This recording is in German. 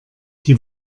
die